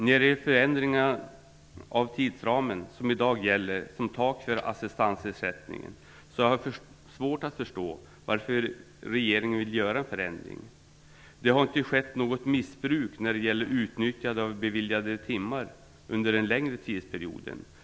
När det gäller förändringen av den tidsram som i dag gäller tak för assistansersättningen har jag svårt att förstå varför regeringen vill göra en förändring. Det har ju inte skett något missbruk när det gäller att utnyttja beviljade timmar under en längre tidsperiod.